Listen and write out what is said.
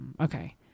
Okay